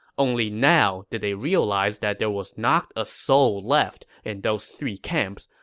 only now did they realize that there was not a soul left in those three camps,